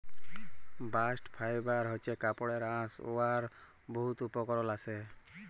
bast fibre হছে কাপড়ের আঁশ উয়ার বহুত উপকরল আসে